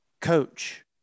coach